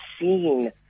seen